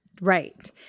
Right